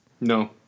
No